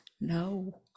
No